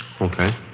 Okay